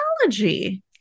technology